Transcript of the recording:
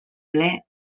ple